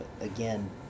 again